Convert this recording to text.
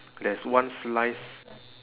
there's one slice